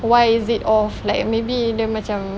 why is it off like maybe dia macam